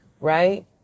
right